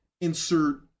insert